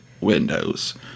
Windows